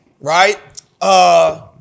right